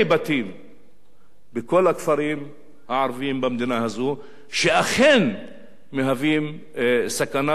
בכל הכפרים הערביים במדינה הזו שאכן מהווים סכנה וסכנת מוות.